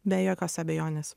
be jokios abejonės